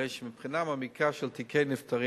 הרי שבחינה מעמיקה של תיקי נפטרים